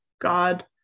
god